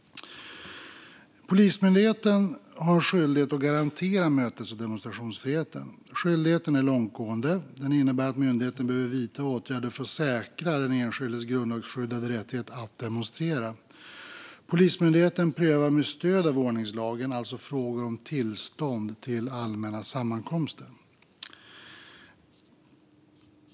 Polismyndigheten har en skyldighet att garantera mötes och demonstrationsfriheten. Skyldigheten är långtgående och innebär att myndigheten behöver vidta åtgärder för att säkra den enskildes grundlagsskyddade rättighet att demonstrera. Polismyndigheten prövar med stöd av ordningslagen alltså frågor om tillstånd för allmänna sammankomster.